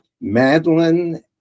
Madeline